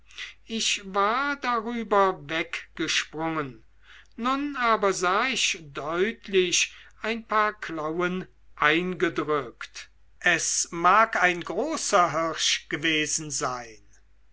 ich war darüber weggesprungen nun aber sah ich deutlich ein paar klauen eingedrückt es mag ein großer hirsch gewesen sein